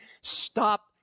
stop